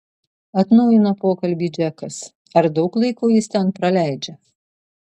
atnaujina pokalbį džekas ar daug laiko jis ten praleidžia